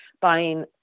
buying